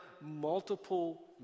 multiple